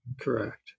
Correct